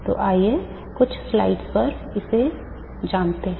तो आइए कुछ स्लाइड्स पर इसे जानते हैं